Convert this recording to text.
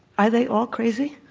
are they all crazy?